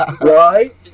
right